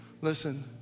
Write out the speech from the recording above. listen